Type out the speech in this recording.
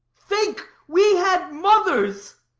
think, we had mothers